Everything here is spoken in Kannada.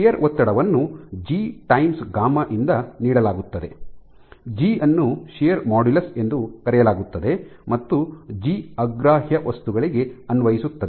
ಶಿಯರ್ ಒತ್ತಡವನ್ನು ಜಿ ಟೈಮ್ಸ್ ಗಾಮಾ γ ಇಂದ ನೀಡಲಾಗುತ್ತದೆ ಜಿ ಅನ್ನು ಶಿಯರ್ ಮಾಡ್ಯುಲಸ್ ಎಂದು ಕರೆಯಲಾಗುತ್ತದೆ ಮತ್ತು ಜಿ ಅಗ್ರಾಹ್ಯ ವಸ್ತುಗಳಿಗೆ ಅನ್ವಹಿಸುತ್ತದೆ